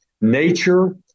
Nature